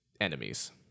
enemies